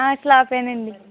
slab అండి